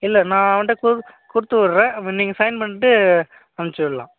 இல்லை நான் அவன்கிட்ட கு கொடுத்துவிட்றேன் நீங்கள் சைன் பண்ணிவிட்டு அனுப்ச்சிவிட்லாம்